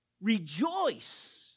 rejoice